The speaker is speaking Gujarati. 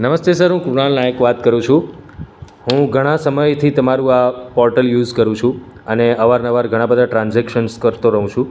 નમસ્તે સર હું કુણાલ નાયક વાત કરું છું હું ઘણા સમયથી તમારું આ પોર્ટલ યુઝ કરું છું અને અવાર નવાર ઘણાં બધા ટ્રાન્ઝેક્શન્સ કરતો રહું છું